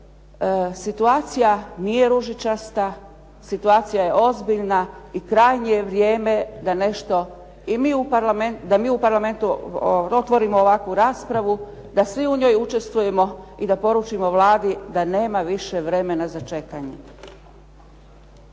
situacija nije ružičasta, situacija je ozbiljna i krajnje je vrijeme da nešto i mi u Parlamentu otvorimo ovakvu raspravu, da svi u njoj učestvujemo i da poručimo Vladi da nema više vremena za čekanje.